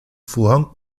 vorhang